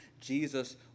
Jesus